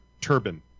Turban